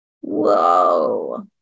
Whoa